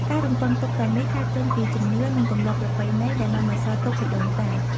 ការរំពឹងទុកទាំងនេះកើតចេញពីជំនឿ និងទម្លាប់ប្រពៃណីដែលបានបន្សល់ទុកពីដូនតា។